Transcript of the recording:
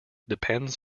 depends